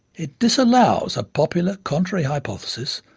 it disallows a popular contrary hypothesis,